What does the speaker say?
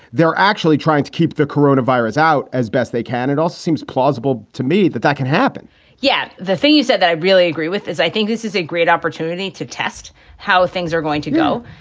they're actually trying to keep the corona virus out as best they can. it also seems plausible to me that that can happen yeah, the thing you said that i really agree with is i think this is a great opportunity to test how things are going to go.